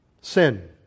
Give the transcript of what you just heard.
Sin